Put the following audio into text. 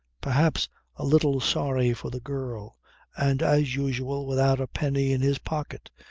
perhaps a little sorry for the girl and as usual without a penny in his pocket,